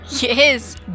Yes